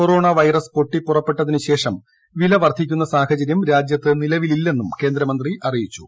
corona virus പൊട്ടിപ്പുറപ്പെട്ടതിനു ശേഷം വില വർദ്ധിക്കുന്ന സാഹചര്യം രാജ്യത്ത് നിലവിലില്ലെന്നും കേന്ദ്രമന്ത്രി അറിയിച്ചു